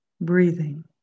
breathing